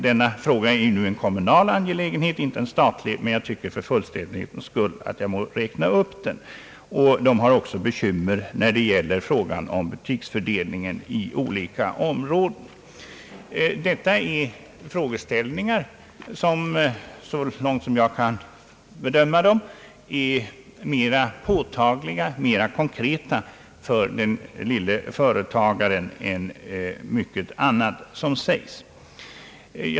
Denna fråga är en kommunal angelägenhet och inte en statlig, men jag tycker att jag för fullständighetens skulle bör nämna den. De har också bekymmer i fråga om butiksfördelningen i nybyggda områden. Dessa frågeställningar är, så långt jag kan bedöma, mera påtagliga och mera konkreta för den mindre företagaren än mycket annat som sägs.